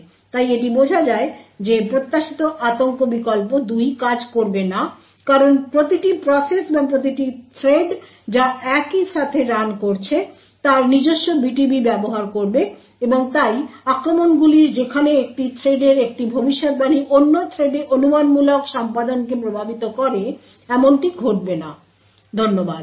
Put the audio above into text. তাই এটি বোঝা যায় যে প্রত্যাশিত আতঙ্ক বিকল্প 2 কাজ করবে না কারণ প্রতিটি প্রসেস বা প্রতিটি থ্রেড যা একই সাথে রান করছে তার নিজস্ব BTB ব্যবহার করবে এবং তাই আক্রমণগুলির যেখানে একটি থ্রেডের একটি ভবিষ্যদ্বাণী অন্য থ্রেডে অনুমানমূলক সম্পাদনকে প্রভাবিত করে এমনটি ঘটবে না ধন্যবাদ